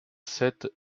set